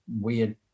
weird